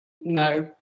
no